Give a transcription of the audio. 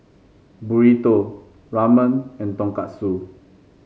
Burrito Ramen and Tonkatsu